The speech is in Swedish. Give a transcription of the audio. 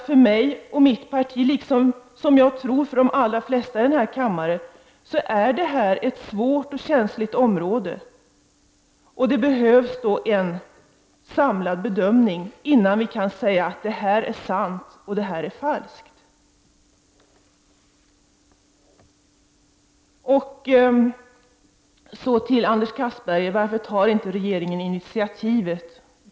För mig och mitt parti liksom för de flesta här i kammaren, tror jag, är detta ett svårt och känsligt område. Det behövs då en samlad bedömning, innan vi kan säga vad som är sant och vad som är falskt. Varför tar inte regeringen initiativ?